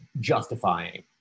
justifying